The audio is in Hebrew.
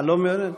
לא מעוניינת?